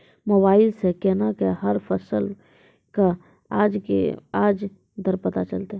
Mobile सऽ केना कऽ हर फसल कऽ आज के आज दर पता चलतै?